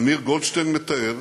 אמיר גולדשטיין מתאר